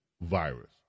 virus